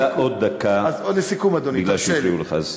קיבלת עוד דקה כי הפריעו לך.